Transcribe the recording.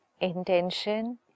intention